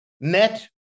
net